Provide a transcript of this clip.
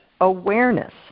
awareness